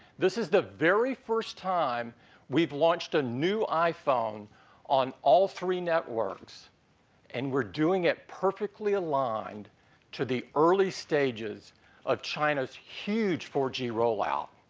this is the very first time we've launched a new iphone on all three networks and we're doing it perfectly aligned to the early stages of china's huge four g rollout.